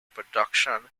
production